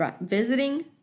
visiting